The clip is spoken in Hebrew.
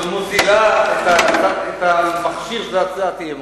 את המכשיר של הצעת אי-אמון,